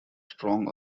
strong